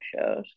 shows